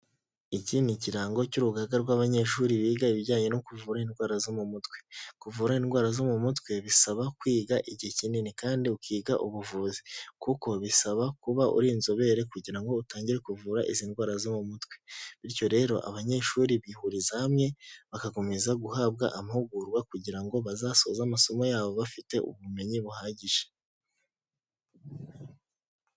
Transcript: Ikindi kirango cy'urugaga rw'abanyeshuri biga ibijyanye no kuvura indwara zo mu mutwe, kuvura indwara zo mu mutwe bisaba kwiga igihe kinini kandi ukiga ubuvuzi kuko bisaba kuba uri inzobere kugira utangire kuvura izi ndwara zo mu mutwe, bityo rero abanyeshuri bihuriza hamwe bagakomeza guhabwa amahugurwa kugira ngo bazasoze amasomo yabo bafite ubumenyi buhagije.